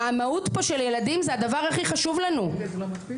המהות של ילדים אמורה להיות הדבר שחשוב לנו יותר מהכול.